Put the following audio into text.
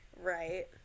Right